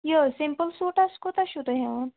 یہِ simple suits کوٗتاہ چھُو تُہۍ ہٮ۪وان